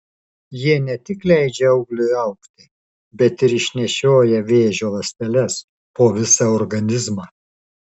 jie ne tik leidžia augliui augti bet ir išnešioja vėžio ląsteles po visą organizmą